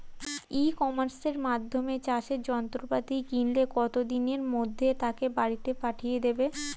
ই কমার্সের মাধ্যমে চাষের যন্ত্রপাতি কিনলে কত দিনের মধ্যে তাকে বাড়ীতে পাঠিয়ে দেবে?